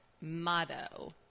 motto